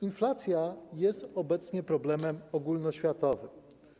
Inflacja jest obecnie problemem ogólnoświatowym.